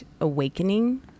awakening